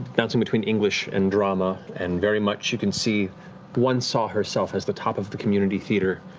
bouncing between english and drama, and very much you can see once saw herself as the top of the community theater,